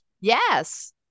Yes